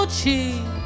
cheap